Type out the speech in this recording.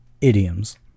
idioms